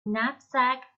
knapsack